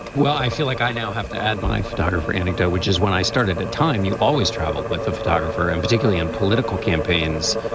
well, i feel like i now have to add my photographer anecdote, which is when i started a time you always traveled with a photographer and particularly in political campaigns.